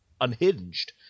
unhinged